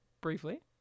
briefly